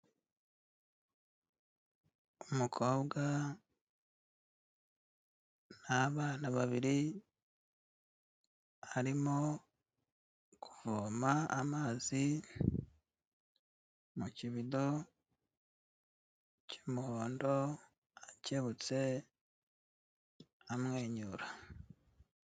Umukobwa n'abana babiri, arimo kuvoma amazi mu kibido cy'umuhondo akebutse amwenyura.